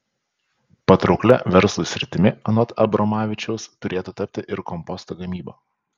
patrauklia verslui sritimi anot abromavičiaus turėtų tapti ir komposto gamyba